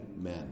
men